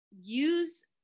use